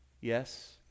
Yes